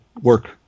work